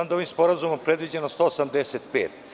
Ovim sporazumom je predviđeno 185.